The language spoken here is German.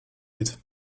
mit